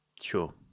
Sure